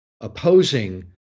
opposing